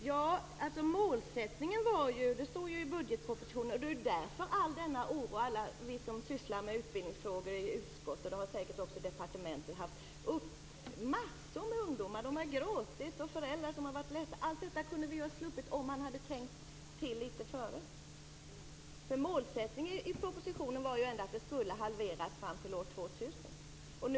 Fru talman! Målsättningen angavs ju i budgetpropositionen - därav all oro. Vi i utbildningsutskottet och också i departementet har man säkert haft besök av massor med ungdomar som har gråtit och föräldrar som har varit ledsna. Allt detta kunde vi ha sluppit om man hade tänkt till litet före. Målsättningen i propositionen var ändå att antalet skulle halveras fram till år 2000.